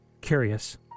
Curious